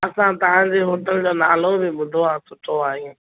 असां तव्हांजे होटल जो नालो बि बुधो आहे सुठो आहे हीअं